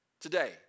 today